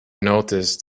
noticed